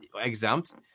exempt